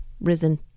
risen